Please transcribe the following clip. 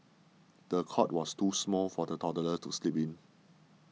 the cot was too small for the toddler to sleep in